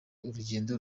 urugendo